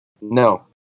No